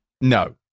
No